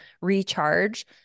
recharge